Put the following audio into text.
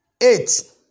eight